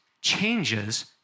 changes